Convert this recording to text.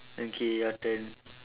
okay your turn